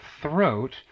throat